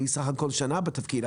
היא בסך הכל שנה בתפקיד,